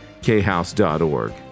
khouse.org